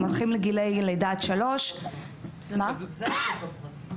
הם הולכים לגילאי לידה עד 3. זה השוק הפרטי.